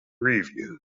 reviews